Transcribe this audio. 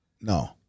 No